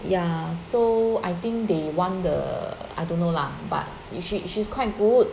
ya so I think they want the I don't know lah but she she's quite good